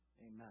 Amen